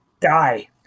die